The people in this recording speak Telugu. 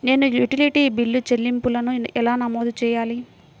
నేను యుటిలిటీ బిల్లు చెల్లింపులను ఎలా నమోదు చేయాలి?